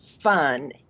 fun